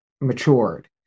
matured